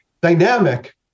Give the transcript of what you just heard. dynamic